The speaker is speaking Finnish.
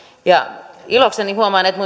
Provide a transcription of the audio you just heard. ilokseni huomaan että